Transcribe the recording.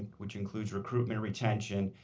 which includes recruitment, retention,